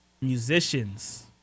musicians